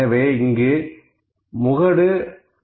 எனவே இங்கு முகடு 15